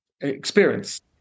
experience